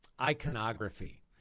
iconography